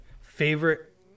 favorite